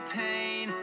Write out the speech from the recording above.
pain